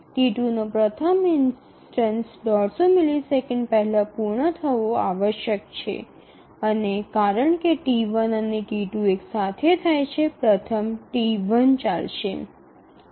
T2 નો પ્રથમ instance ૧૫0 millisecond પહેલાં પૂર્ણ થવો આવશ્યક છે અને કારણ કે T1 અને T2 એક સાથે થાય છે પ્રથમ T1 ચાલશે